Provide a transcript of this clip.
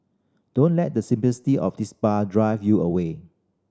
don't let the simplicity of this bar drive you away